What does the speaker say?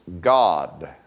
God